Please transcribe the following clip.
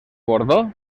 bordó